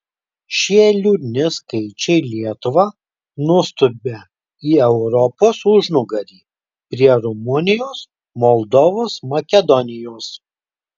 šie liūdni skaičiai lietuvą nustumia į europos užnugarį prie rumunijos moldovos makedonijos